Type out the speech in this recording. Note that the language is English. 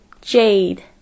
Jade